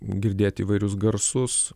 girdėti įvairius garsus